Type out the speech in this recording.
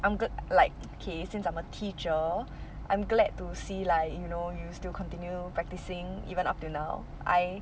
I'm like okay since I'm a teacher I'm glad to see like you know you still continue practising even up till now I